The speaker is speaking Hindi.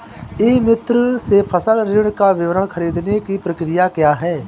ई मित्र से फसल ऋण का विवरण ख़रीदने की प्रक्रिया क्या है?